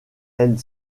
elle